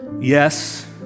Yes